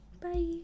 Bye